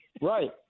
Right